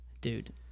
Dude